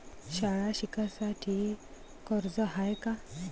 शाळा शिकासाठी कर्ज हाय का?